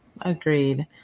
agreed